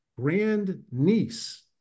grandniece